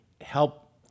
help